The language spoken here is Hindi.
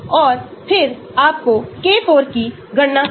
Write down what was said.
तो log p square log p electronic term steric factor और यह एक स्थिर है